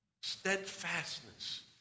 steadfastness